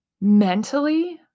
Mentally